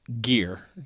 Gear